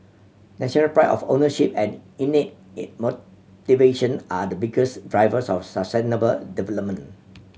national pride of ownership and innate it motivation are the biggest drivers of sustainable